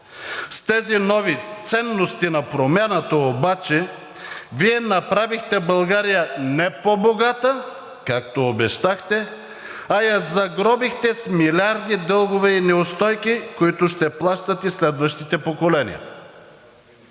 С тези нови ценности на Промяната обаче Вие направихте България не по-богата, както обещахте, а я загробихте с милиарди дългове и неустойки, които ще плащат и следващите поколения.